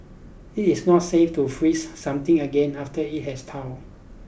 it is not safe to freeze something again after it has thawed